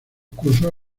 cursos